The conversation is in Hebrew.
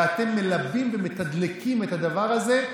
ואתם מלווים ומתדלקים את הדבר הזה.